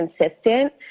consistent